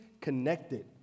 connected